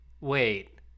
Wait